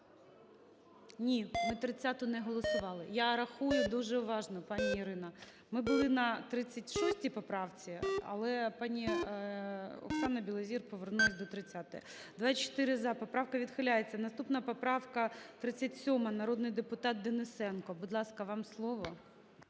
Ні, ми 30-у не голосували. Я рахую дуже уважно, пані Ірина. Ми були на 36 поправці, але пані Оксана Білозір повернулася до 30-ї. 13:51:16 За-24 Поправка відхиляється. Наступна поправка - 37, народний депутат Денисенко. Будь ласка, вам слово.